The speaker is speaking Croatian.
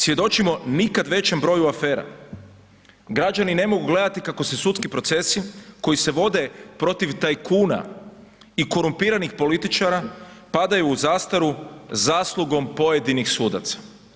Svjedočimo nikad većem broju afera, građani ne mogu gledati kako se sudski procesi koji se vode protiv tajkuna i korumpiranih političara padaju u zastaru zaslugom pojedinih sudaca.